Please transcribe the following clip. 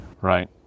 Right